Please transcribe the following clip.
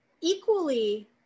equally